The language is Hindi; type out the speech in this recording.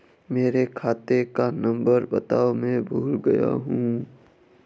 मेरे खाते का नंबर बताओ मैं भूल गया हूं